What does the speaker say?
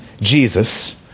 Jesus